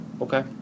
okay